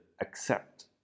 accept